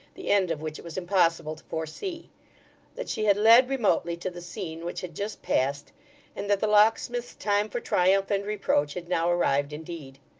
the end of which it was impossible to foresee that she had led remotely to the scene which had just passed and that the locksmith's time for triumph and reproach had now arrived indeed.